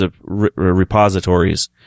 repositories